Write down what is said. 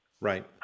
Right